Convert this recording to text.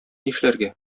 нишләргә